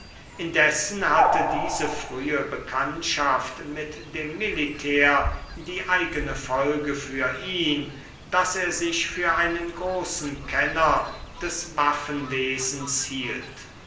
indessen hatte diese frühe bekanntschaft mit dem militär die eigene folge für ihn daß er sich für einen großen kenner des waffenwesens hielt